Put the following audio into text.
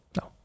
no